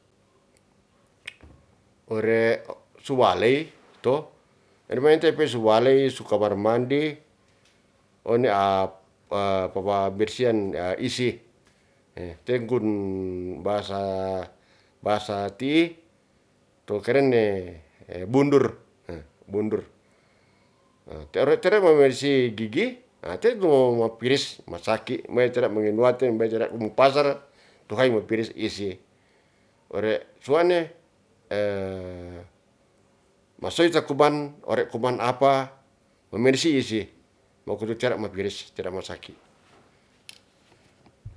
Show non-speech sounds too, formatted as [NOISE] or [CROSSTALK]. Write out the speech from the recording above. Ore suwalei to ene mente pe suwalei su kamar mandi one [HESITATION] paba bersian [HESITATION] isi, tengkun bahasa, bahasa ti'i to kerene [HESITATION] bundur [HESITATION] bundur. Te ore tere mamersih gigi [HESITATION] teto ma piris, masaki, mey tera menginuaten [UNINTELLIGIBLE] um pasare tuhai mapiris isi. Ore suwa'ne [HESITATION] masoy ta kuman ore kuman apa, mamersih isi waku wicara ma piris tera masaki